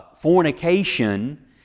fornication